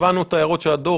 הבנו את הערות על הדוח.